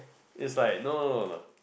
is like no no no no